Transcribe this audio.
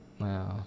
Wow